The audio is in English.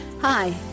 hi